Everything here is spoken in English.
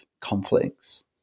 conflicts